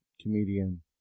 comedian